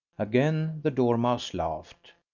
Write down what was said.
again the dormouse laughed.